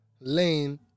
lane